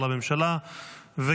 הודעת הממשלה על